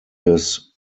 des